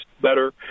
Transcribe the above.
better